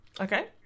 Okay